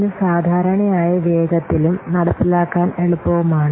ഇത് സാധാരണയായി വേഗത്തിലും നടപ്പിലാക്കാൻ എളുപ്പവുമാണ്